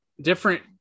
Different